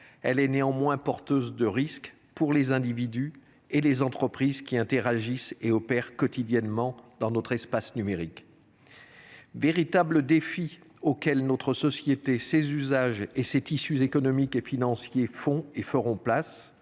elle est néanmoins porteuse de risques pour les individus et les entreprises qui interagissent et opèrent quotidiennement dans notre espace numérique. Face à ce véritable défi auquel notre société, ses usages et ses tissus économiques et financiers sont et seront